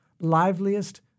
liveliest